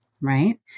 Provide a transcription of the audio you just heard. Right